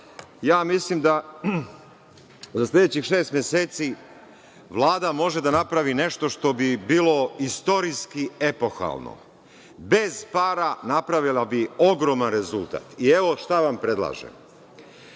mislim za sledećih šest meseci Vlada može da napravi nešto što bi bilo istorijski epohalno, bez para napravila bi ogroman rezultat. Evo, šta vam predlažem. Pošto